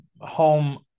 home